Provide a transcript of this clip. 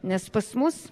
nes pas mus